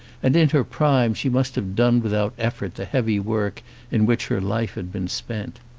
and in her prime she must have done without effort the heavy work in which her life had been spent.